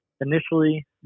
initially